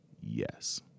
yes